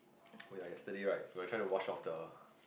oh ya yesterday right when I try to wash of the